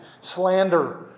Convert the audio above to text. Slander